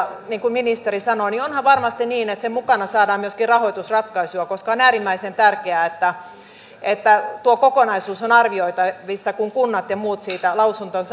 niin kuin ministeri sanoi onhan varmasti niin että sen mukana saadaan myöskin rahoitusratkaisuja koska on äärimmäisen tärkeää että tuo kokonaisuus on arvioitavissa kun kunnat ja muut siitä lausuntonsa antavat